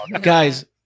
guys